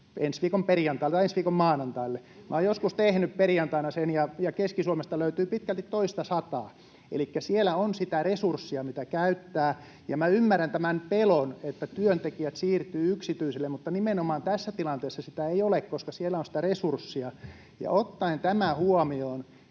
ensi viikon maanantaille. [Aki Lindén: Tuhansia!] Olen joskus tehnyt perjantaina sen, ja Keski-Suomesta löytyy pitkälti toistasataa, elikkä siellä on sitä resurssia, mitä käyttää. Ymmärrän tämän pelon, että työntekijät siirtyvät yksityisille, mutta nimenomaan tässä tilanteessa sitä ei ole, koska siellä on sitä resurssia. Ja ottaen tämän huomioon